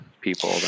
people